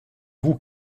vous